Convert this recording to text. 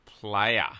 player